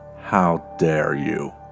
how dare you.